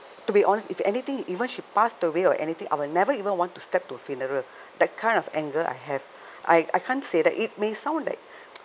to be honest if anything even she passed away or anything I will never even want to step to her funeral that kind of anger I have I I can't say that it may sound like